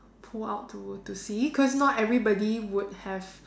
pull out to to see cause not everybody would have